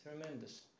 Tremendous